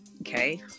okay